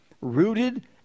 rooted